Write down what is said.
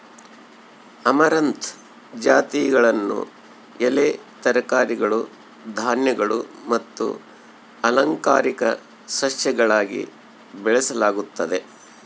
amaranth ಜಾತಿಗಳನ್ನು ಎಲೆ ತರಕಾರಿಗಳು ಧಾನ್ಯಗಳು ಮತ್ತು ಅಲಂಕಾರಿಕ ಸಸ್ಯಗಳಾಗಿ ಬೆಳೆಸಲಾಗುತ್ತದೆ